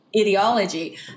ideology